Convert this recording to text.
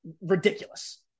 Ridiculous